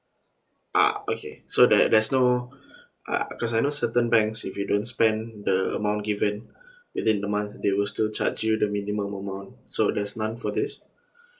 uh okay so there there's no uh because I know certain banks if you don't spend the amount given within the month they will still charge you the minimum amount so there's none for this